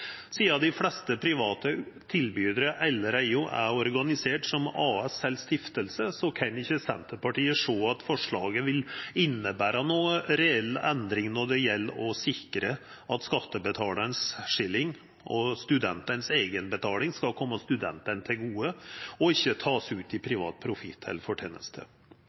Sidan dei fleste private tilbydarane allereie er organiserte som AS eller stifting, kan ikkje Senterpartiet sjå at forslaget vil innebera noka reell endring når det gjeld å sikra at skattebetalaranes skillingar og studentanes eigenbetaling skal koma studentane til gode og ikkje verta tekne ut i privat